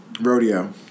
Rodeo